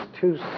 two